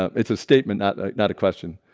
um it's a statement. not not a question.